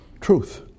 Truth